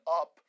up